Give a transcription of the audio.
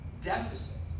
deficit